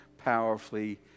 powerfully